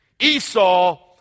Esau